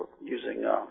using